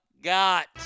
got